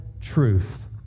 Truth